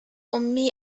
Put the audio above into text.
أمي